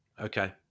Okay